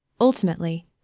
Ultimately